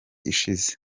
ishize